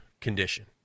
condition